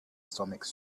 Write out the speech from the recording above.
stomach